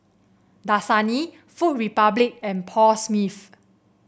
Dasani Food Republic and Paul Smith